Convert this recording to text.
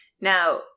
Now